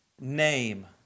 name